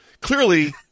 clearly